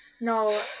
No